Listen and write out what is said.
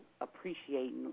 appreciating